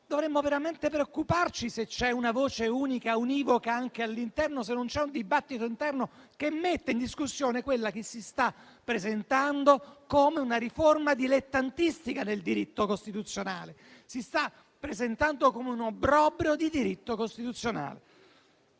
dovremmo veramente preoccuparci se c'è una voce unica e univoca anche all'interno, se non c'è un dibattito interno che mette in discussione quella che si sta presentando come una riforma dilettantistica del diritto costituzionale, come un obbrobrio di diritto costituzionale.